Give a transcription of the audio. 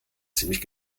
ziemlich